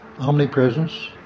omnipresence